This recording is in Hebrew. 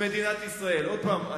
עוד פעם,